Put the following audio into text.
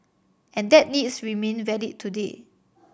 and that needs remain valid today